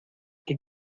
que